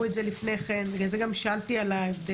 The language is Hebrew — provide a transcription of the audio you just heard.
את זה לפני כן ובגלל זה גם שאלתי על ההבדלים,